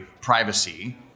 privacy